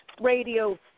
Radio